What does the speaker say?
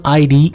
id